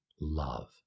love